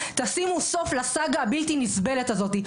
שימו סוף לסאגה הבלתי נסבלת הזאת.